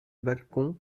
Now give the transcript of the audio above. balcon